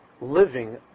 living